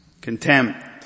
contempt